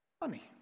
money